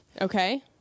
Okay